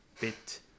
bit